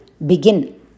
Begin